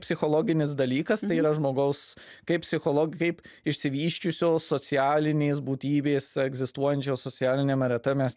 psichologinis dalykas tai yra žmogaus kaip psicholog kaip išsivysčiusios socialinės būtybės egzistuojančios socialiniame rate mes